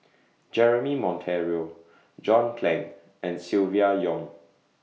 Jeremy Monteiro John Clang and Silvia Yong